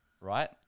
Right